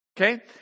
Okay